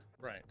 Right